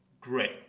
Great